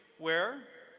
where,